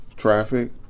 traffic